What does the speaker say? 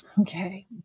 Okay